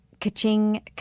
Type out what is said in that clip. ka-ching